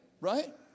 Right